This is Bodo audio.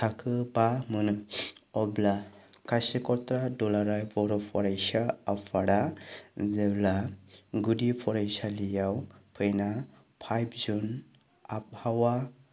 थाखो बा मोनो अब्ला खासिख'थ्रा दुलाराय बर' फरायसा आफादा जेब्ला गुदि फरायसालियाव फैना फाइभ जुन आबहावा